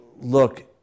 look